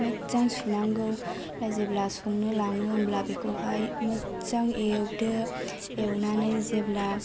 मोजां सुनांगौ आमफ्राय जेब्ला संनो लाङो होमब्ला बेखौहाय मोजां एवदो एवनानै जेब्ला